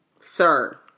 sir